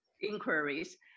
inquiries